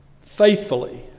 faithfully